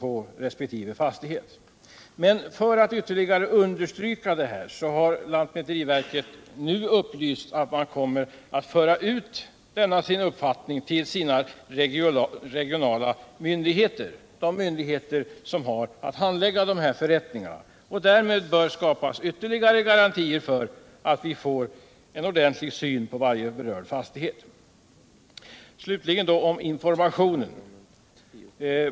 Men för att ytterligare — Nr 91 understryka detta har lantmäteriverket nu upplyst att man kommer att föra ut Onsdagen den denna sin uppfattning till sina regionala myndigheter, dvs. de myndigheter 8 mars 1978 som har att handlägga förrättningarna. De har därmed kunnat skapa ytterligare garantier för att de får en ordentlig syn på varje berörd fastighet. Så några ord om informationen.